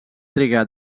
trigar